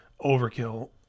Overkill